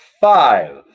five